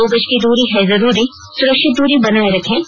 दो गज की दूरी है जरूरी सुरक्षित दूरी बनाए रखें